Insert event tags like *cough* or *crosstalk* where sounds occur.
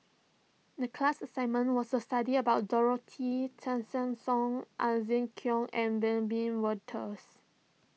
the class assignment was to study about Dorothy Tessensohn *unintelligible* Kuok and Wiebe Wolters